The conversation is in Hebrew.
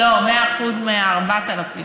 לא, 100% מה-4,000.